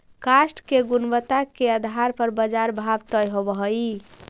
काष्ठ के गुणवत्ता के आधार पर बाजार भाव तय होवऽ हई